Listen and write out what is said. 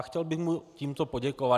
Chtěl bych mu tímto poděkovat.